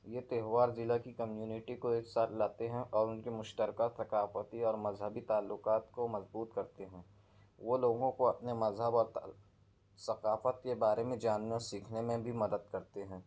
یہ تہوار ضلع کی کمیونٹی کو ایک ساتھ لاتے ہیں اور ان کے مشترکہ ثقافتی اور مذہبی تعلقات کو مضبوط کرتے ہیں وہ لوگوں کو اپنے مذہب اور تا ثقافت کے بارے میں جاننے اور سیکھنے میں بھی مدد کرتے ہیں